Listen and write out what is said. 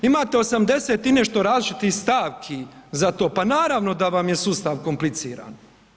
Imate 80 i nešto različitih stavki za to, pa naravno da vam je sustav kompliciran.